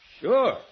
Sure